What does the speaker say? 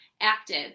active